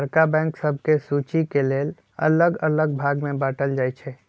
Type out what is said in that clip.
बड़का बैंक सभके सुचि के लेल अल्लग अल्लग भाग में बाटल जाइ छइ